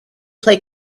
play